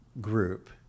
group